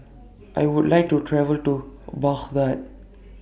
I Would like to travel to Baghdad